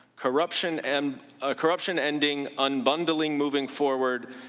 corruption and ah corruption ending, unbundling moving forward,